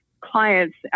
clients